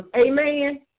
Amen